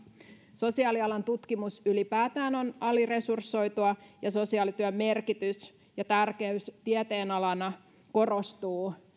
sosiaalialan tutkimus ylipäätään on aliresursoitua ja sosiaalityön merkitys ja tärkeys tieteenalana korostuu